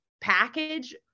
package